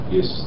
Yes